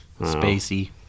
Spacey